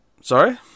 Sorry